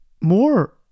more